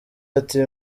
ati